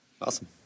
Awesome